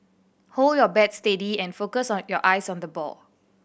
hold your bat steady and focus on your eyes on the ball